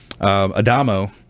Adamo